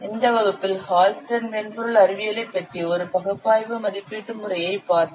இந்த வகுப்பில் ஹால்ஸ்டெட் மென்பொருள் அறிவியலைப் பற்றி ஒரு பகுப்பாய்வு மதிப்பீட்டு முறையைப் பார்த்தோம்